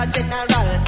General